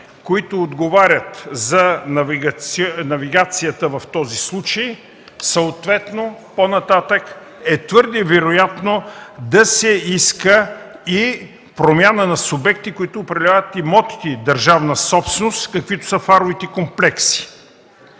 които отговарят за навигацията в този случай, съответно по-нататък е твърде вероятно да се иска и промяна на субекти, които управляват имотите – държавна собственост, каквито са фаровите комплекси.